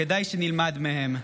כדאי שנלמד מהם.